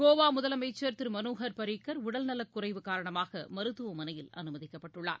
கோவா முதலமைச்சர் திரு மனோகர் பரிக்கர் உடல் நலகுறைவு காரணமாக மருத்துவமனையில் அனுமதிக்கப்பட்டுள்ளார்